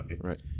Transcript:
Right